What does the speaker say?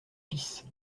fils